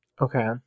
Okay